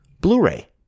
Blu-ray